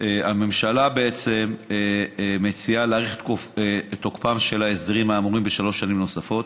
הממשלה מציעה להאריך את תוקפם של ההסדרים האמורים בשלוש שנים נוספות,